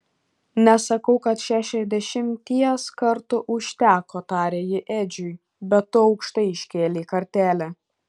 nesakau kad šešiasdešimties kartų užteko tarė ji edžiui bet tu aukštai iškėlei kartelę